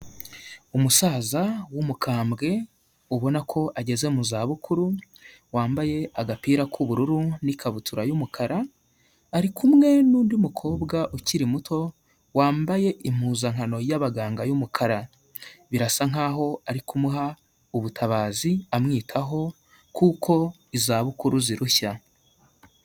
Umusaza w'umukambwe ubona ko ageze mu zabukuru, wambaye agapira k'ubururu n'ikabutura y'umukara ari kumwe n'undi mukobwa ukiri muto wambaye impuzankano y'abaganga y'umukara, birasa nkaho ari kumuha ubutabazi amwitaho kuko izabukuru zirushya.